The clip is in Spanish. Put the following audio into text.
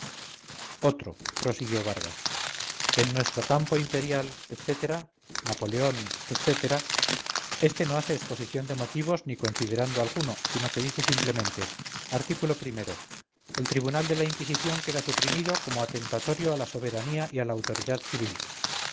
otro prosiguió vargas en nuestro campo imperial etc napoleón etc este no hace exposición de motivos ni considerando alguno sino que dice simplemente artículo o el tribunal de la inquisición queda suprimido como atentatorio a la soberanía y a la autoridad civil